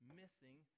missing